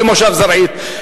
במושב זרעית.